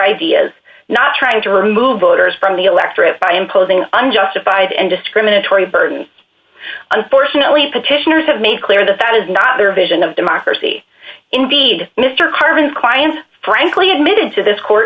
ideas not trying to remove voters from the electorate by imposing unjustified and discriminatory burdens unfortunately petitioners have made clear that that is not their vision of democracy indeed mr carden client frankly admitted to this court